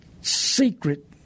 secret